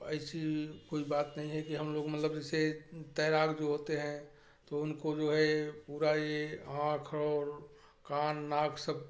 ऐसी कोई बात नहीं है कि हम लोग मतलब जैसे तैराक जो होते हैं तो उनको जो है पूरा यह आँख और कान नाक सब